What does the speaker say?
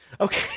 Okay